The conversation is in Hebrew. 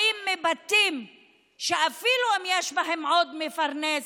באים מבתים שאפילו אם יש בהם עוד מפרנס,